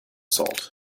salt